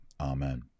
Amen